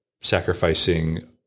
sacrificing